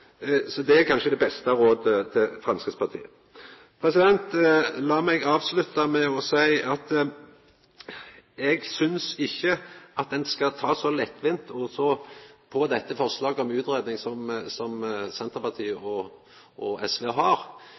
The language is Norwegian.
Så det er kanskje det beste rådet til Framstegspartiet. Lat meg avslutta med å seia at eg synest ikkje at ein skal ta så lettvint på dette forslaget om utgreiing som Senterpartiet og SV